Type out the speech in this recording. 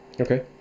Okay